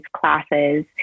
classes